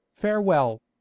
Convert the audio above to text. farewell